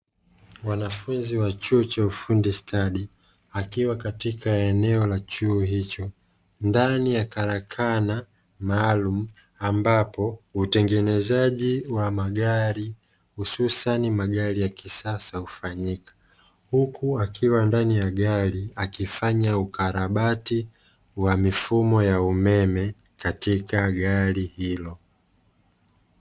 Mwanafunzi wa chuo cha ufundi stadi, akiwa katika eneo la chuo hicho, ndani ya karakana maalumu ambapo hutengenezaji wa magari hususani magari ya kisasa hufanyika, huku akiwa ndani ya gari akifanya ukalabati wa mifumo ya umeme, katika gari hilo.